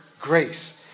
grace